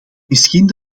misschien